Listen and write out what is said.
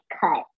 cut